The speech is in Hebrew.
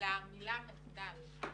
-- למילה מחדל.